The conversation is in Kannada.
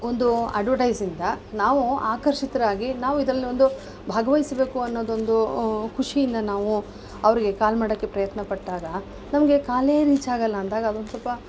ಒಂದು ಅಡ್ವಟೈಸಿಂದ ನಾವು ಆಕರ್ಷಿತರಾಗಿ ನಾವು ಇದರಲ್ಲಿ ಒಂದು ಭಾಗವಹಿಸಬೇಕು ಅನ್ನೋದೊಂದು ಖುಷಿಯಿಂದ ನಾವು ಅವರಿಗೆ ಕಾಲ್ ಮಾಡೋಕ್ಕೆ ಪ್ರಯತ್ನ ಪಟ್ಟಾಗ ನಮಗೆ ಕಾಲೇ ರೀಚ್ ಆಗಲ್ಲ ಅಂದಾಗ ಅದೊಂದು ಸ್ವಲ್ಪ